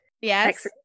yes